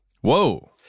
Whoa